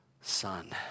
son